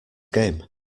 game